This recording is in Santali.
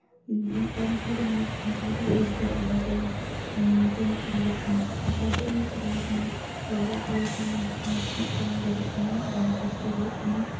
ᱩᱱᱟᱹᱜ ᱴᱟᱭᱤᱢ ᱨᱮ ᱡᱩᱫᱤ ᱢᱮᱱᱟᱜ ᱛᱟᱢᱟ ᱛᱟᱦᱞᱮ ᱵᱩᱡᱽ ᱫᱟᱲᱮᱭᱟᱜ ᱟᱢ ᱡᱮ ᱛᱤᱱᱟᱹᱜ ᱵᱟᱡᱟᱜ ᱠᱟᱱᱟ ᱟᱨ ᱡᱟᱦᱟᱸ ᱥᱮᱫ ᱪᱟᱞᱟᱣ ᱠᱟᱱᱟᱢ ᱟᱨ ᱚᱲᱟᱜ ᱨᱩᱣᱟᱹᱲ ᱦᱩᱭᱩᱜ ᱛᱟᱢᱟ ᱛᱤᱱᱟᱹᱜ ᱴᱟᱭᱤᱢ ᱵᱟᱡᱟᱜ ᱠᱟᱱᱟ ᱵᱟᱢ ᱵᱩᱡᱽ ᱫᱟᱲᱮᱭᱟᱜ ᱠᱟᱱᱟ